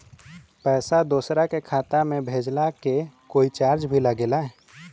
पैसा दोसरा के खाता मे भेजला के कोई चार्ज भी लागेला?